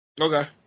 okay